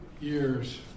Years